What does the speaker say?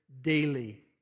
daily